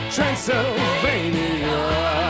Transylvania